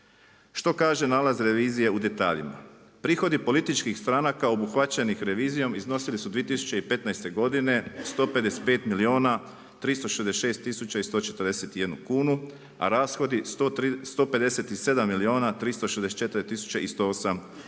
Što kaže nalaz revizije u detaljima. Prihodi političkih stranaka obuhvaćenih revizijom, iznosili su 2015. godine 155 milijuna 366 tisuća i 141 kunu,